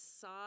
saw